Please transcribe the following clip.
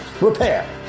Repair